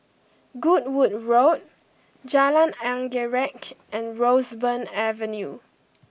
Goodwood Road Jalan Anggerek and Roseburn Avenue